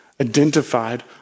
identified